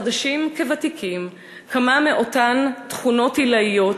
חדשים כוותיקים, כמה מאותן תכונות עילאיות